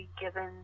given